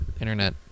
internet